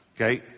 Okay